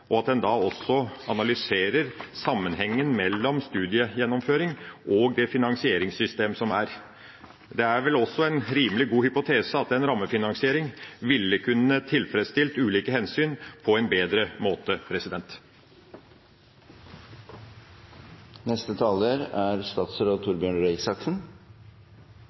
finansieringssystem som er. Det er vel også en rimelig god hypotese at en rammefinansiering ville kunne tilfredsstilt ulike hensyn på en bedre måte.